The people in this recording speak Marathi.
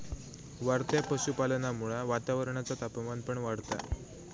वाढत्या पशुपालनामुळा वातावरणाचा तापमान पण वाढता